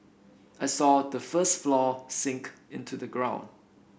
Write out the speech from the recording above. I saw the first floor sink into the ground